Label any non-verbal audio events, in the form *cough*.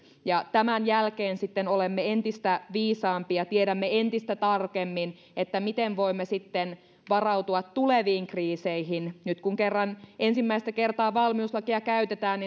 tämän jälkeen sitten olemme entistä viisaampia tiedämme entistä tarkemmin miten voimme sitten varautua tuleviin kriiseihin nyt kun kerran ensimmäistä kertaa valmiuslakia käytetään *unintelligible*